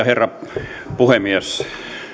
herra puhemies